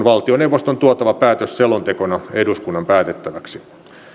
valtioneuvoston tuotava päätös selontekona eduskunnan päätettäväksi